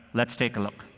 let's take a look.